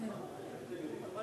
אתם יודעים על מה?